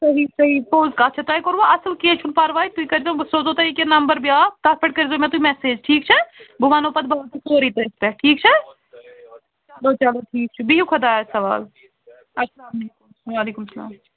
صحیع صحیع پوٚز کَتھ چھِ تۄہہِ کوٚروٕ اَصٕل کیٚنٛہہ چھُ نہٕ پرواے تُہۍ کٔرۍزیٚو بہٕ سوزہو یہِ کہِ نمبر بیٛاکھ تتھ پٮ۪ٹھ کٔرۍزیٚو مےٚ تُہۍ میسیج ٹھیٖک چھا بہٕ ؤنہو پتہٕ باقٕے سورُے تٔتھۍ پٮ۪ٹھ ٹھیٖک چھا چلو چلو ٹھیٖک چھُ بِہِو خُدایس حوال اسلامُ علیکُم وعلیکُم سلام